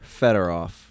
Fedorov